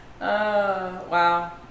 Wow